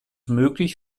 möglich